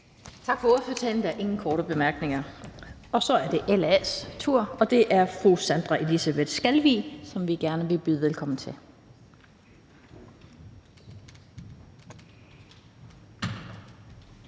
Tak for ordførertalen. Der er ingen korte bemærkninger. Så er det LA's tur, og det er fru Sandra Elisabeth Skalvig, som vi gerne vil byde velkommen til.